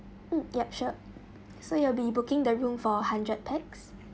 mm yup sure so you will be booking the room for hundred pax